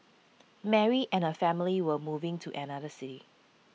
Mary and her family were moving to another city